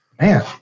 man